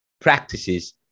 practices